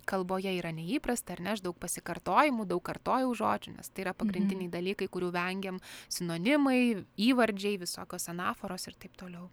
kalboje yra neįprasta ar ne aš daug pasikartojimų daug kartojau žodžių nes tai yra pagrindiniai dalykai kurių vengiam sinonimai įvardžiai visokios anaforos ir taip toliau